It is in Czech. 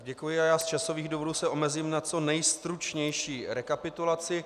Děkuji a z časových důvodů se omezím na co nejstručnější rekapitulaci.